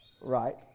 right